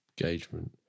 engagement